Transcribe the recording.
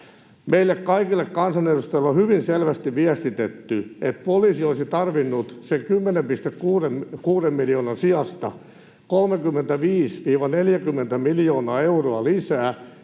Meille kaikille kansanedustajille on hyvin selvästi viestitetty, että poliisi olisi tarvinnut sen 10,6 miljoonan sijasta 35—40 miljoonaa euroa lisää,